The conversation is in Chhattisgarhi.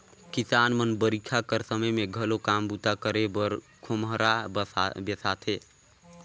किसान मन बरिखा कर समे मे घलो काम बूता करे बर खोम्हरा बेसाथे